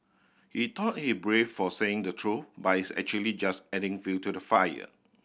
he thought he brave for saying the truth but he's actually just adding fuel to the fire